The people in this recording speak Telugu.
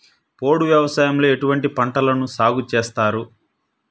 పోడు వ్యవసాయంలో ఎటువంటి పంటలను సాగుచేస్తారు?